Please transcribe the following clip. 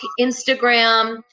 Instagram